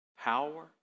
power